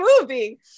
movie